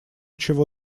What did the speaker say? чего